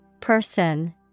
Person